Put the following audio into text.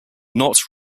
not